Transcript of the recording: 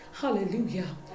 hallelujah